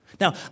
Now